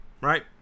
Right